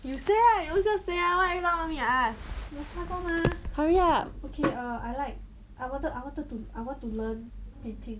you say ah you ownself say one why everytime want me to ask hurry up